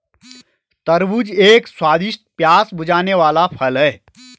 तरबूज एक स्वादिष्ट, प्यास बुझाने वाला फल है